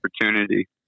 opportunity